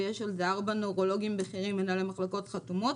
ויש על זה ארבע נוירולוגים בכירים מנהלי מחלקות חתומות